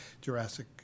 Jurassic